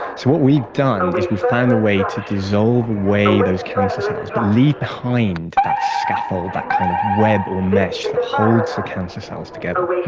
so what we've done is we've found a way to dissolve away those cancer cells but leave behind that scaffold, that kind of web or mesh that holds the cancer cells together. how